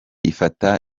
ifata